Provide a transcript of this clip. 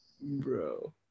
Bro